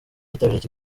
bitabiriye